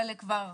חלק כבר